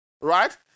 Right